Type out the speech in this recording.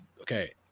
Okay